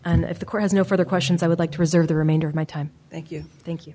and if the court has no further questions i would like to reserve the remainder of my time thank you thank you